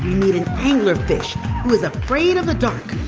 meet an anglerfish who is afraid of the dark,